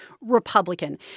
Republican